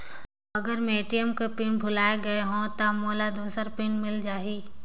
अगर मैं ए.टी.एम कर पिन भुलाये गये हो ता मोला दूसर पिन मिल जाही?